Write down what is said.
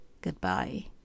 Goodbye